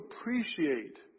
appreciate